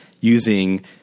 using